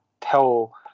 tell